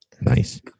Nice